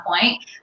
point